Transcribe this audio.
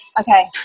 Okay